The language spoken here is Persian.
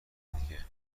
دیگه